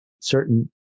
certain